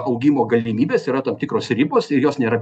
augimo galimybės yra tam tikros ribos ir jos nėra